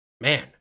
Man